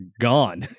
gone